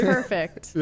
perfect